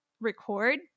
record